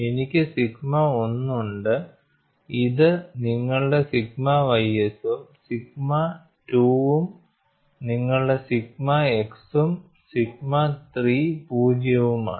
എനിക്ക് സിഗ്മ 1 ഉണ്ട് അത് നിങ്ങളുടെ സിഗ്മ y ഉം സിഗ്മ 2 ഉം നിങ്ങളുടെ സിഗ്മ x ഉം സിഗ്മ 3 പൂജ്യവുമാണ്